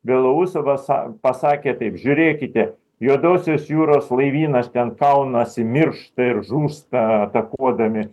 belousovas sa pasakė taip žiūrėkite juodosios jūros laivynas ten kaunasi miršta ir žūsta atakuodami